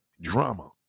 drama